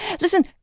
listen